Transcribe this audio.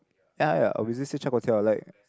ya ya obviously still chao guo tiao like